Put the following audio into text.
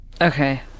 Okay